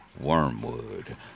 Wormwood